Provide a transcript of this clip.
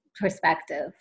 perspective